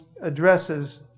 addresses